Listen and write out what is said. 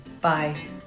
Bye